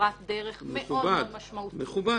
כברת דרך מאוד משמעותית -- מכובד.